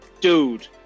dude